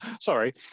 sorry